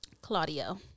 Claudio